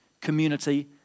community